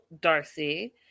Darcy